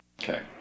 Okay